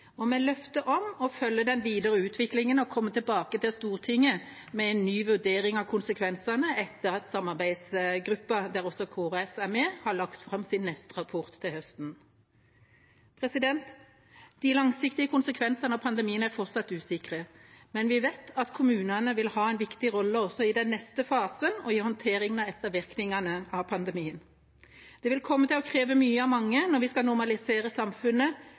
med løfte om å følge den videre utviklingen og komme tilbake til Stortinget med en ny vurdering av konsekvensene etter at samarbeidsgruppen, der også KS er med, har lagt fram sin neste rapport til høsten. De langsiktige konsekvensene av pandemien er fortsatt usikre, men vi vet at kommunene vil ha en viktig rolle også i den neste fasen og i håndteringen av ettervirkningene av pandemien. Det vil komme til å kreve mye av mange når vi skal normalisere samfunnet,